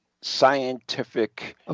scientific